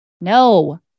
No